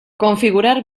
configurar